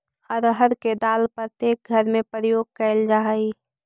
अरहर के दाल प्रत्येक घर में प्रयोग कैल जा हइ